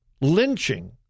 lynching